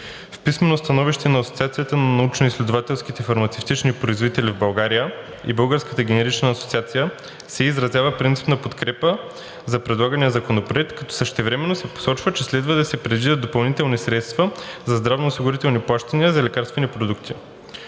В писменото становище на Асоциацията на научноизследователските фармацевтични производители в България и Българската генерична асоциация се изразява принципна подкрепа за предлагания законопроект, като същевременно се посочва, че следва да се предвидят допълнителни средства за здравноосигурителни плащания за лекарствени продукти.